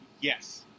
yes